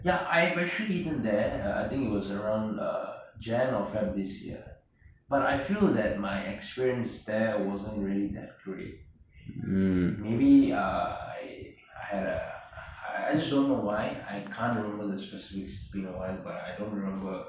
ya I've actually eaten there uh I think it was around jan or feb this year but I feel that my experience there wasn't really that great maybe I I had a I just don't know why I can't remember the specifics it's been a while but I don't remember